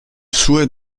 sue